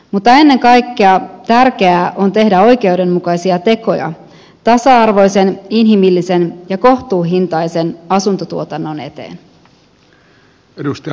mutta ennen kaikkea tärkeää on tehdä oikeudenmukaisia tekoja tasa arvoisen inhimillisen ja kohtuuhintaisen asuntotuotannon eteen